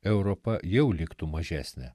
europa jau liktų mažesnė